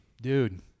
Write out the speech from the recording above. Dude